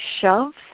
shoves